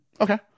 Okay